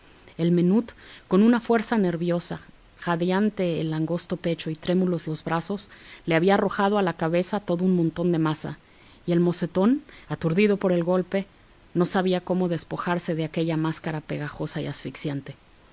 el menut con una fuerza nerviosa jadeante el angosto pecho y trémulos los brazos le había arrojado a la cabeza todo un montón de masa y el mocetón aturdido por el golpe no sabía cómo despojarse de aquella máscara pegajosa y asfixiante